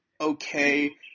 okay